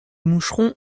moucheron